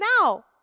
now